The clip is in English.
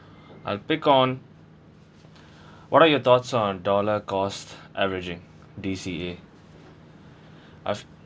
I'll pick on what are your thoughts on dollar cost averaging D_C_A I've